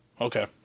Okay